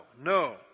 no